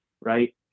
right